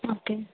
okay